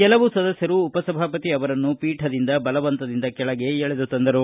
ಕೆಲವು ಸದಸ್ಕರು ಉಪ ಸಭಾಪತಿ ಅವರನ್ನು ಪೀಠದಿಂದ ಬಲವಂತದಿಂದ ಕೆಳಗೆ ಎಳೆದು ತಂದರು